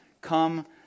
come